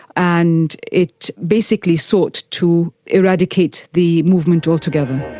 and it basically sought to eradicate the movement altogether.